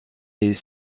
est